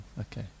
Okay